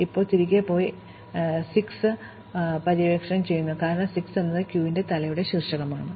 ഇപ്പോൾ ഞങ്ങൾ തിരികെ പോയി 6 പര്യവേക്ഷണം ചെയ്യുന്നു കാരണം 6 എന്നത് ക്യൂവിന്റെ തലയുടെ ശീർഷകമാണ്